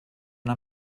una